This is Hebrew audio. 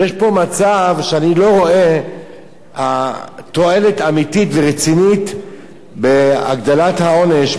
יש פה מצב שאני לא רואה תועלת אמיתית ורצינית בהגדלת העונש,